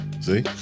See